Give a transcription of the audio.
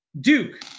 Duke